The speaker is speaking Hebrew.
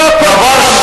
לא כל פעם,